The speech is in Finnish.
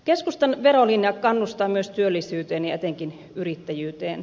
keskustan verolinja kannustaa myös työllisyyteen ja etenkin yrittäjyyteen